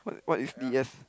what is D_S